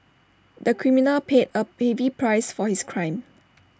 the criminal paid A heavy price for his crime